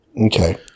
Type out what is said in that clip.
Okay